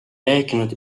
rääkinud